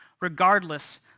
regardless